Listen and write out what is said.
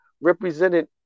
represented